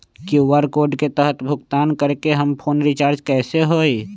QR code के तहद भुगतान करके हम फोन रिचार्ज कैसे होई?